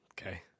Okay